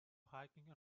hiking